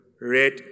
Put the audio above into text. red